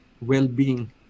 well-being